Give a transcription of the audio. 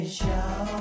show